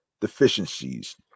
deficiencies